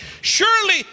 Surely